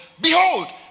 Behold